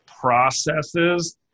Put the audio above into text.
processes